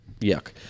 yuck